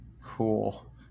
Cool